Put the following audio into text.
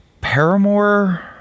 Paramore